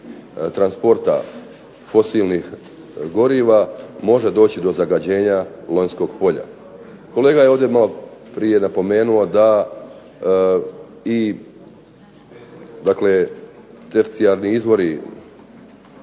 transporta fosilnih goriva može doći do zagađenja Lonjskog polja. Kolega je ovdje malo prije pomenuo da deficijarni izvori